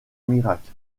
miracle